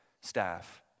staff